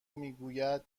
میگوید